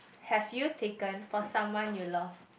have you taken for someone you love